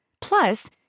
Plus